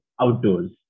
outdoors